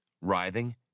writhing